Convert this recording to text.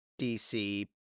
DC